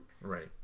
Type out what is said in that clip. Right